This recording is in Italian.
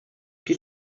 più